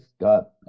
got